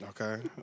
Okay